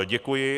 Děkuji.